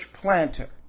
planter